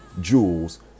jewels